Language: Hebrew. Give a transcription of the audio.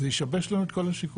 זה ישבש לנו את כל השיקולים.